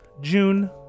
June